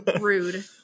Rude